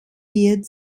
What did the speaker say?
wird